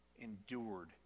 endured